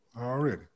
already